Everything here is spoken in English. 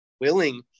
willing